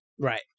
Right